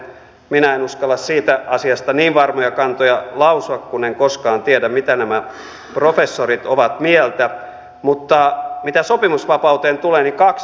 minä en uskalla siitä asiasta niin varmoja kantoja lausua kun en koskaan tiedä mitä nämä professorit ovat mieltä mutta mitä sopimusvapauteen tulee niin kaksi näkökohtaa